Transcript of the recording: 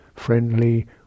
friendly